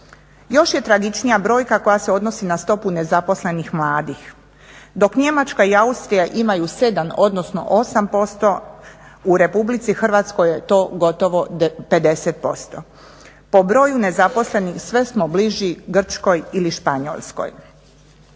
Još je tragičnija brojka koja se odnosi na stopu nezaposlenih mladih. Dok Njemačka i Austrija imaju 7 odnosno 8% u RH je to gotovo 50%. Po broju nezaposlenih sve smo bliži Grčkoj ili Španjolskoj